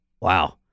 Wow